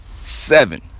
Seven